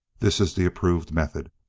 this is the approved method.